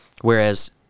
Whereas